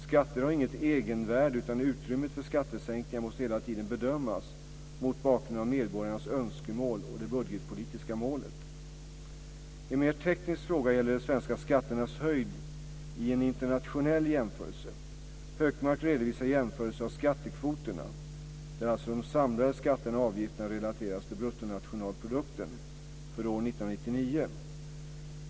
Skatter har inget egenvärde utan utrymmet för skattesänkningar måste hela tiden bedömas mot bakgrund av medborgarnas önskemål och det budgetpolitiska målet. En mer teknisk fråga gäller de svenska skatternas höjd i en internationell jämförelse. Hökmark redovisar jämförelser av skattekvoterna - där alltså de samlade skatterna och avgifterna relateras till bruttonationalprodukten - för år 1999.